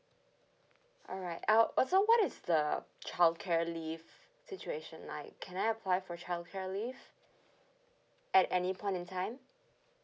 alright uh also what is the childcare leave situation like can I apply for childcare leave at any point in time